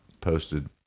posted